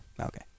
okay